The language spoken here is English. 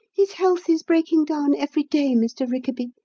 his health is breaking down every day, mr. rickaby,